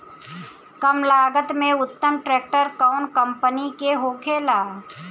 कम लागत में उत्तम ट्रैक्टर कउन कम्पनी के होखेला?